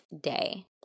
day